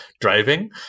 driving